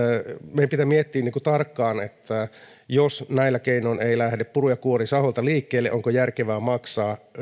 meidän pitää miettiä tarkkaan että jos näillä keinoin eivät lähde puru ja kuori sahoilta liikkeelle onko järkevää maksaa